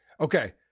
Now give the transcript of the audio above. Okay